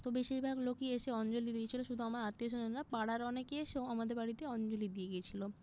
তো বেশিরভাগই লোকই এসে অঞ্জলি দিয়েছিলো শুধু আমার আত্মীয় স্বজনরা পাড়ার অনেকে এসেও আমাদের বাড়িতে অঞ্জলি দিয়ে গিয়েছিলো